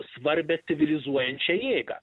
svarbią civilizuojančią jėgą